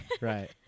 Right